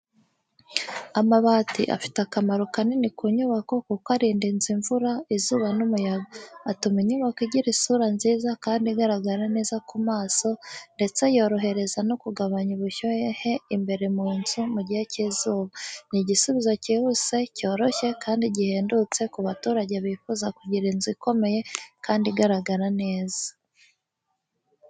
Amabati afite akamaro kanini ku nyubako kuko arinda inzu imvura, izuba n’umuyaga. Atuma inyubako igira isura nziza kandi igaragara neza ku maso, ndetse yorohereza no kugabanya ubushyuhe imbere mu nzu mu gihe cy’izuba. Ni igisubizo cyihuse, cyoroshye kandi gihendutse ku baturage bifuza kugira inzu ikomeye kandi igaragara neza.